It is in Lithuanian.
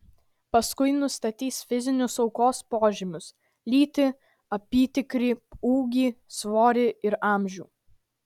paskui nustatys fizinius aukos požymius lytį apytikrį ūgį svorį ir amžių